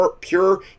pure